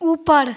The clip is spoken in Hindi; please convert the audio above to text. ऊपर